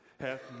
hath